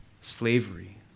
slavery